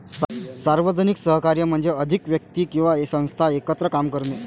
सार्वजनिक सहकार्य म्हणजे अधिक व्यक्ती किंवा संस्था एकत्र काम करणे